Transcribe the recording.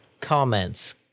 comments